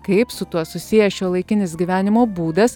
kaip su tuo susijęs šiuolaikinis gyvenimo būdas